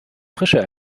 frische